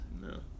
No